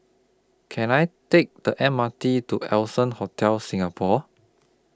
Can I Take The M R T to Allson Hotel Singapore